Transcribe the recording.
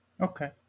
Okay